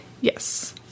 Yes